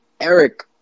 Eric